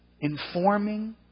informing